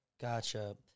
Gotcha